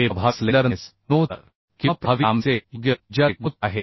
हे प्रभावी स्लेंडरनेस गुणोत्तर किंवा प्रभावी लांबीचे योग्य त्रिज्याचे गुणोत्तर आहे